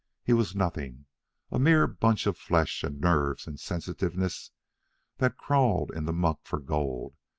he was nothing a mere bunch of flesh and nerves and sensitiveness that crawled in the muck for gold,